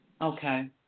Okay